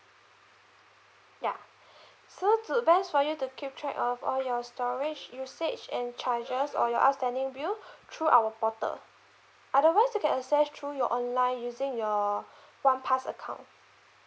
ya so to best for you to keep track of all your storage usage and charges or your outstanding bill through our portal otherwise you can access through your online using your one pass account